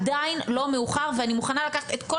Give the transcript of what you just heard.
עדיין לא מאוחר ואני מוכנה לקחת את כל